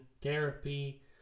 therapy